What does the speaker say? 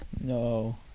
no